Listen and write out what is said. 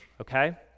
okay